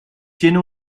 tiene